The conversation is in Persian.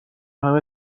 همه